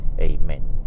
Amen